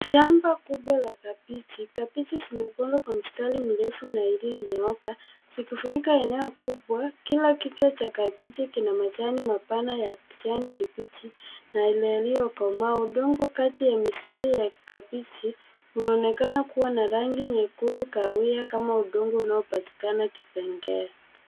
Shamba kubwa la kabichi, kabichi zimepangwa kwa mistari mirefu na iliyonyooka zikifunika eneo kubwa. Kila kichwa cha kabichi kina majani mapana ya kijani kibichi na yaliyokomaa. Udongo kati ya mistari ya kabichi inaonekana kuwa na rangi nyekundu kahawia kama udongo unaopatikana Kitengela.